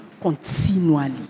continually